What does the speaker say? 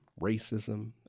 racism